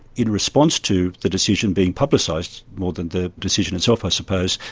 in response to the decision being publicised, more than the decision itself i suppose,